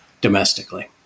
domestically